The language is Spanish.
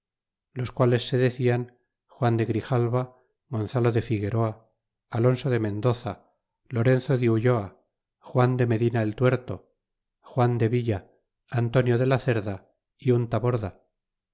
los quales se decian juan de grijalva gonzalo de figueroa alonso de mendoza lorenzo de ulloa juan de medina el tuerto juan de villa antonio de la cerda y un taborda